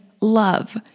love